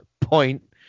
point